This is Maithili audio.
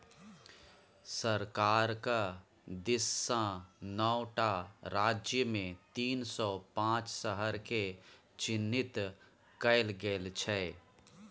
सरकारक दिससँ नौ टा राज्यमे तीन सौ पांच शहरकेँ चिह्नित कएल गेल छै